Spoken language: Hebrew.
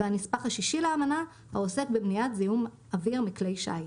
והנספח השישי לאמנה העוסק במניעת זיהום אויר מכלי שיט,